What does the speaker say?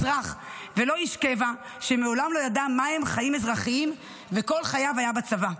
אזרח ולא איש קבע שמעולם לא ידע מהם חיים אזרחיים וכל חייו היה בצבא.